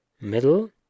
Middle